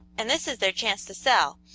and this is their chance to sell,